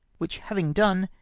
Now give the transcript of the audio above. which having done,